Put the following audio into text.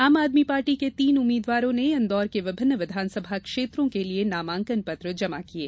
आम आदमी पार्टी के तीन उम्मीद्वारों ने इन्दौर के विभिन्न विधानसभा क्षेत्रों के लिए नामांकन पत्र जमा किये